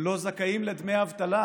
הם לא זכאים לדמי אבטלה,